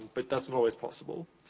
but that's not always possible.